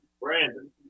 Brandon